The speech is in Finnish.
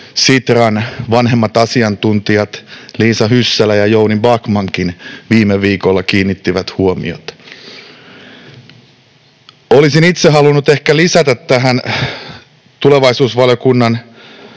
Sitran vanhemmat asiantuntijat Liisa Hyssälä ja Jouni Backman viime viikolla kiinnittivät huomiota. Olisin itse halunnut ehkä lisätä tulevaisuusvaliokunnan